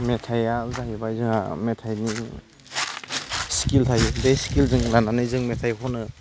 मेथाइआ जाहैबाय जोंहा मेथाइनि स्केल थायो बे स्केलजों लानानै जों मेथाइ खनो